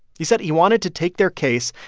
he said he wanted to take their case,